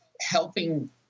helping